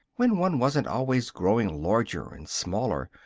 when one wasn't always growing larger and smaller,